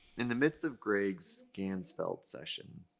in the midst of greg's ganzfeld session,